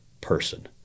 person